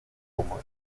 como